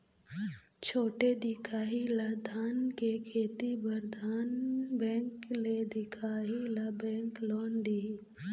छोटे दिखाही ला धान के खेती बर धन बैंक ले दिखाही ला बैंक लोन दिही?